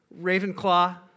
Ravenclaw